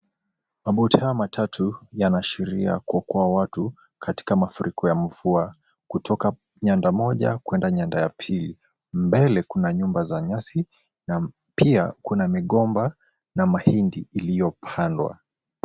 Maboti haya matatu yanaashiria kuokoa watu katika mafuriko ya mvua, kutoka nyanda moja kwenda nyanda ya pili. Mbele kuna nyumba za nyasi na pia kuna migomba na mahindi iliyopandwa.